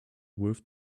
worth